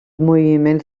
moviments